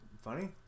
funny